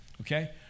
okay